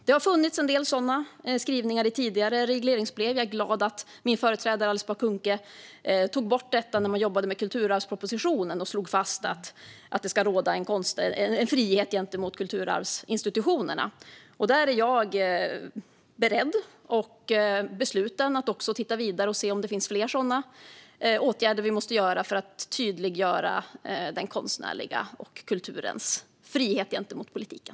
Det har funnits en del sådana skrivningar i tidigare regleringsbrev. Jag är glad över att min företrädare Alice Bah Kuhnke tog bort detta när man jobbade med kulturarvspropositionen och slog fast att det ska råda en frihet gentemot kulturarvsinstitutionerna. Jag är beredd, och besluten, att titta vidare på detta och se om det finns fler sådana åtgärder vi måste vidta för att tydliggöra den konstnärliga friheten och kulturens frihet gentemot politiken.